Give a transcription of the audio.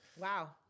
Wow